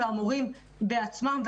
והמורים בעצמם,